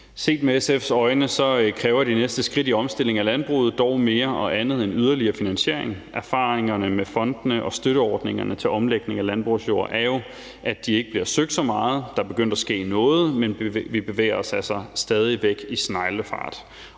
det mål. I SF's øjne kræver det næste skridt dog andet og mere end yderligere finansiering. Erfaringerne med fondene og støtteordningerne til omlægning af landbrugsjord er jo, at de ikke bliver søgt så meget. Der er begyndt at ske noget, men vi bevæger os altså stadig væk i sneglefart.